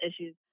issues